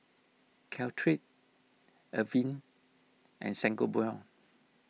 Caltrate Avene and Sangobion